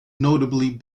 notably